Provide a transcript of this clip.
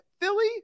Philly